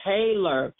Taylor